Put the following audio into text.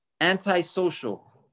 antisocial